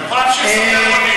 אני יכול להמשיך לספר עוד,